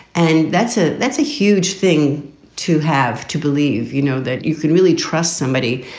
and that's a that's a huge thing to have to believe, you know, that you can really trust somebody.